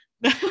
No